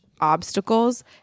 obstacles